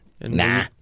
Nah